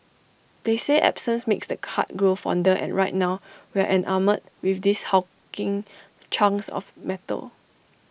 they say absence makes the heart grow fonder and right now we are enamoured with these hulking chunks of metal